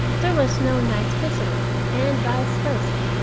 there was no night visitor, and vice versa.